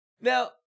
now